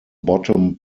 bottom